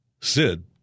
Sid